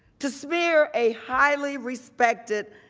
to smear a highly respected,